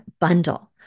bundle